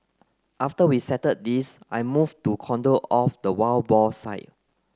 after we settled this I moved to cordon off the wild boar site